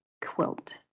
Quilt